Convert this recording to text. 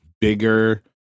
bigger